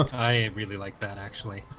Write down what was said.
i really like that. actually,